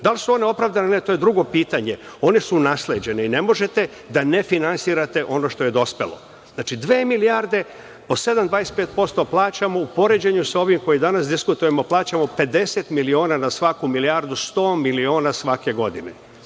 Da li su one opravdane ili ne, to je drugo pitanje, one su nasleđene i ne možete da ne finansirate ono što je dospelo. Znači, dve milijarde, po 7,25% plaćamo u poređenju sa ovim koje danas diskutujemo, plaćamo 50 miliona na svaku milijardu 100 miliona svake godine. Prema